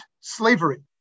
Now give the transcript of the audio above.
slavery